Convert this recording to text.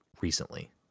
recently